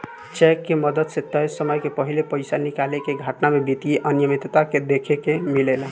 check के मदद से तय समय के पाहिले पइसा निकाले के घटना में वित्तीय अनिमियता देखे के मिलेला